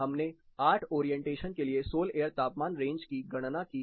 हमने 8 ओरिएंटेशन के लिए सोल एयर तापमान रेंज की गणना की है